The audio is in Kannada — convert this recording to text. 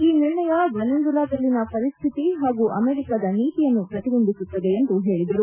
ಈ ನಿರ್ಣಯ ವೆನೆಜುವೆಲಾದಲ್ಲಿನ ಪರಿಸ್ಥಿತಿ ಹಾಗೂ ಅಮೆರಿಕದ ನೀತಿಯನ್ನು ಪ್ರತಿಬಿಂಬಿಸುತ್ತದೆ ಎಂದು ಹೇಳಿದರು